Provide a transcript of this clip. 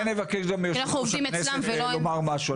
אולי נבקש גם מיושב-ראש הכנסת לומר משהו.